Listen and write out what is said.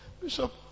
Bishop